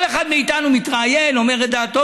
כל אחד מאיתנו מתראיין, אומר את דעתו.